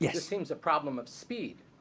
yeah it seems a problem of speed.